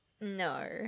No